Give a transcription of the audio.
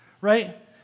right